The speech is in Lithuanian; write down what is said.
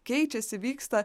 keičiasi vyksta